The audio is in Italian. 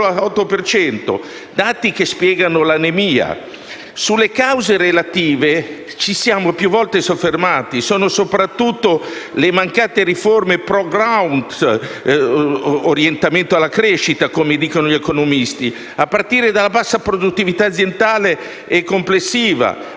dati spiegano l'anemia. Sulle cause relative ci siamo più volte soffermati: si tratta soprattutto delle mancate riforme *pro-growth* (orientamento alla crescita), come dicono gli economisti, a partire dalla bassa produttività aziendale e complessiva.